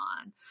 on